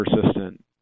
persistent